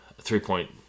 three-point